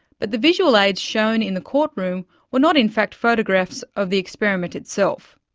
but the visual aids shown in the court room were not in fact photographs of the experiment itself.